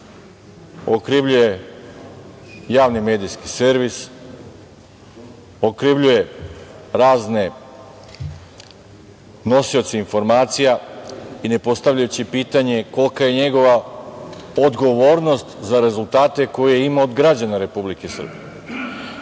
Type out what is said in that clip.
okrivljuje Javni medijski servis, okrivljuje razne nosioce informacija, ne postavljajući pitanje kolika je njegova odgovornost za rezultate koje ima od građana Republike Srbije. Dokle